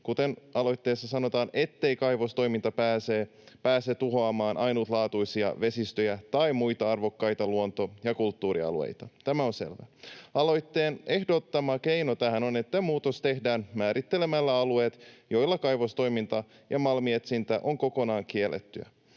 kuten aloitteessa sanotaan — ettei kaivostoiminta pääse tuhoamaan ainutlaatuisia vesistöjä tai muita arvokkaita luonto- ja kulttuurialueita. Tämä on selvää. Aloitteen ehdottama keino tähän on, että muutos tehdään määrittelemällä alueet, joilla kaivostoiminta ja malminetsintä on kokonaan kiellettyä.